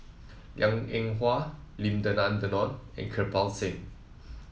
Liang Eng Hwa Lim Denan Denon and Kirpal Singh